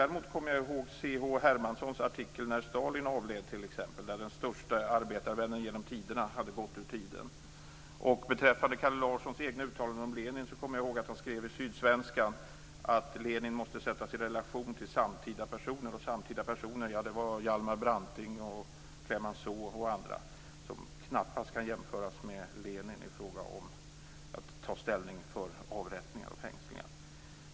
Däremot kommer jag ihåg C H Hermanssons artikel när Stalin avled t.ex. om att den största arbetarvännerna genom tiderna hade gått ur tiden. Lenin kommer jag ihåg att han i Sydsvenskan skrev att Lenin måste sättas i relation till samtida personer, och samtida personer var Hjalmar Branting och Clemenceau och andra som knappast kan jämföras med Lenin i fråga om att ta ställning för avrättningar och fängslingar.